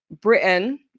britain